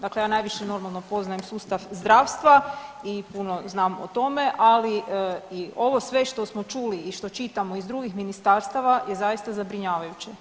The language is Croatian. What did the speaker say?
Dakle ja najviše, normalno, poznajem sustav zdravstva i puno znam o tome, ali i ovo sve što smo čuli i što čitamo iz drugih ministarstava je zaista zabrinjavajuće.